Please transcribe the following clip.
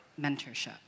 mentorship